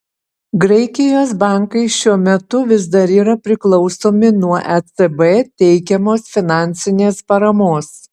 graikijos bankai šiuo metu vis dar yra priklausomi nuo ecb teikiamos finansinės paramos